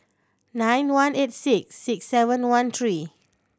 nine one eight six six seven one three